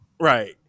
right